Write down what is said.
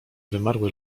wymarły